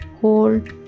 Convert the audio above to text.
hold